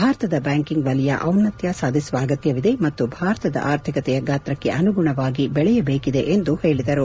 ಭಾರತದ ಬ್ಯಾಂಕಿಂಗ್ ವಲಯ ಔನ್ಯತ್ಯ ಸಾಧಿಸುವ ಅಗತ್ಯವಿದೆ ಮತ್ತು ಭಾರತದ ಆರ್ಥಿಕತೆಯ ಗಾತ್ರಕ್ಕೆ ಅನುಗುಣವಾಗಿ ಬೆಳಯಬೇಕಿದೆ ಎಂದು ಹೇಳಿದರು